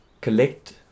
collect